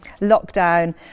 lockdown